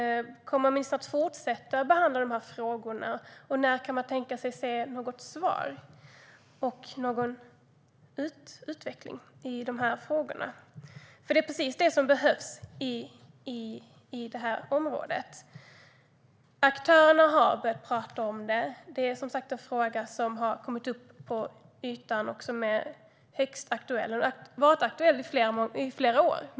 Kommer ministern att fortsätta behandla de här frågorna? När kan man tänka sig att få se något svar och någon utveckling? Det är precis det som behövs på det här området. Aktörerna har börjat prata om detta. Det är som sagt en fråga som har kommit upp till ytan. Frågan är högst aktuell och har varit det i flera år.